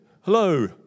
hello